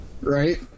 right